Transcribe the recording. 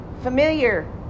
familiar